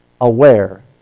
aware